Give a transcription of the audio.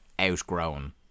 outgrown